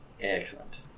Excellent